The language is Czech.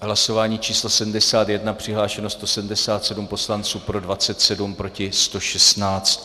Hlasování číslo 71, přihlášeno 177 poslanců, pro 27, proti 116.